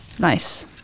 Nice